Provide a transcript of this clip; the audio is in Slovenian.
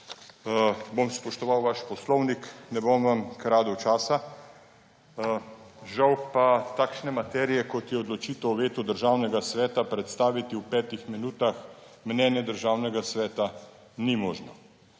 bom spoštoval vaš poslovnik, ne bom vam kradel časa. Žal pa takšne materije, kot je odločitev o vetu Državnega sveta, predstaviti v petih minutah mnenje Državnega sveta, ni možno.